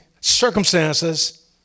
circumstances